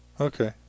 Okay